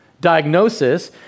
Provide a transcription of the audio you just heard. diagnosis